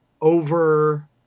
over